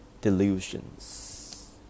delusions